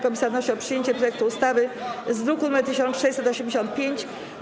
Komisja wnosi o przyjęcie projektu ustawy z druku nr 1685.